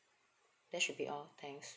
that should be all thanks